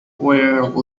were